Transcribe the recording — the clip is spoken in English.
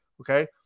okay